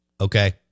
Okay